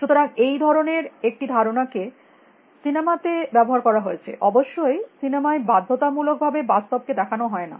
সুতরাং এই ধরনের একটি ধারণাকে সিনেমা তে ব্যবহার করা হয়েছে অবশ্যই সিনেমায় বাধ্যতামূলক ভাবে বাস্তবকে দেখানো হয়না